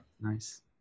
Nice